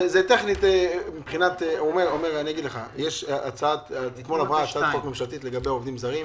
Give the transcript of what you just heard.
אתמול עברה הצעת חוק ממשלתית לגבי עובדים זרים,